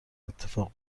اتفاق